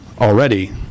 already